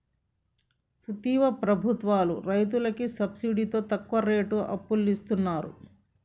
సూత్తివా ప్రభుత్వాలు రైతులకి సబ్సిడితో తక్కువ రేటుకి అప్పులిస్తున్నరు